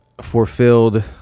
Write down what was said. fulfilled